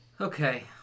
Okay